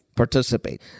participate